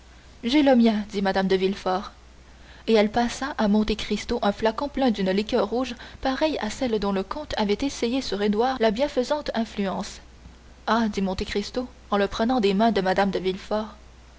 j'ai le mien dit mme de villefort et elle passa à monte cristo un flacon plein d'une liqueur rouge pareille à celle dont le comte avait essayé sur édouard la bienfaisante influence ah dit monte cristo en le prenant des mains de mme de